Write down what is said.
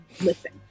listen